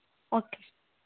okay